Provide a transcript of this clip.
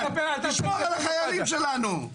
תשמור על החיילים שלנו.